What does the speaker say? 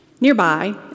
Nearby